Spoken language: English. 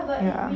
ya